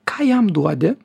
ką jam duodi